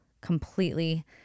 completely